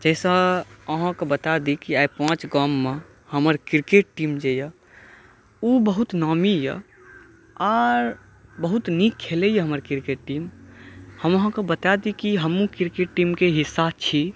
जाहि सॅं अहाँके बता दी कि पाॅंच गाममे हमर क्रिकेट टीम जे अछि ओ बहुत नामी अछि आर बहुत नीक खेलै आछि हमर क्रिकेट टीम हम अहाँके बता दी कि हमहुॅं क्रिकेट टीमके हिस्सा छी